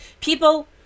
People